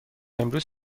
امروز